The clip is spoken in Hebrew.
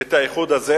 את האיחוד הזה,